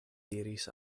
diris